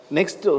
Next